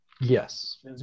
Yes